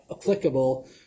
applicable